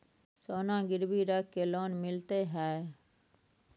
सोना गिरवी रख के लोन मिलते है?